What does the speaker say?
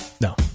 No